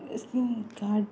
SIM card